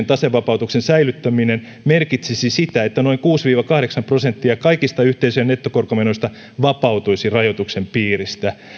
tasevapautuksen säilyttäminen merkitsisi sitä että noin kuusi viiva kahdeksan prosenttia kaikista yhteisöjen nettokorkomenoista vapautuisi rajoituksen piiristä